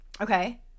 Okay